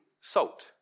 salt